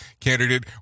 candidate